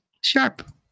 sharp